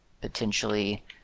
potentially